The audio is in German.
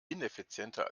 ineffizienter